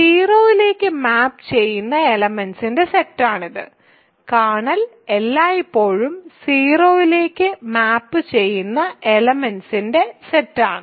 0 ലെക്ക് മാപ്പ് ചെയ്യുന്ന എലെമെന്റ്സിന്റെ സെറ്റാണിത് കേർണൽ എല്ലായ്പ്പോഴും 0 ലേക്ക് മാപ്പ് ചെയ്യുന്ന എലെമെന്റ്സിന്റെ സെറ്റാണ്